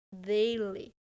daily